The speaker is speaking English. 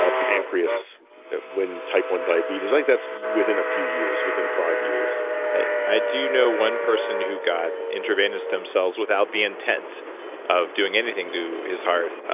ah pancreas when type one diabetes. i think that's within a few years, within five years i do know one person who got intravenous stem cells without the intent of doing anything to his heart,